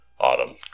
autumn